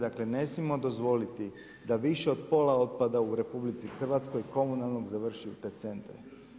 Dakle, ne smijemo dozvoliti da više od pola otpada u RH, komunalnog završi u te centra.